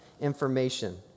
information